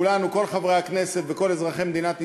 כל חברי הכנסת וכל אזרחי מדינת ישראל,